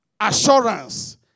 assurance